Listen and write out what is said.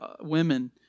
women